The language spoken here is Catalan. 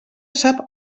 sap